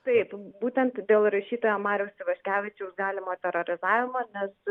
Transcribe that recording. taip būtent dėl rašytojo mariaus ivaškevičiaus galimo terorizavimo nes